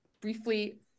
briefly